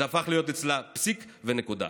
זה הפך להיות אצלה פסיק ונקודה.